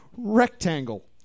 rectangle